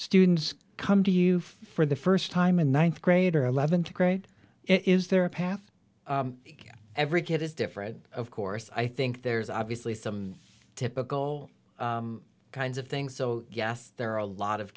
students come to you for the first time in ninth grade or eleventh grade is there a path that every kid is different of course i think there's obviously some typical kinds of things so yes there are a lot of